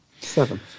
Seven